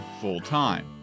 full-time